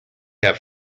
have